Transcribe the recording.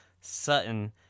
Sutton